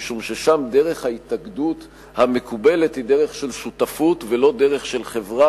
משום ששם דרך ההתאגדות המקובלת היא דרך של שותפות ולא דרך של חברה,